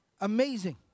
Amazing